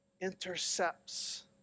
intercepts